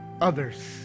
others